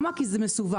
כי זה מסווג".